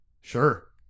Sure